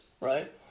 right